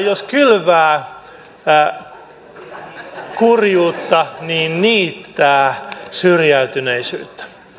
jos kylvää kurjuutta niin niittää syrjäytyneisyyttä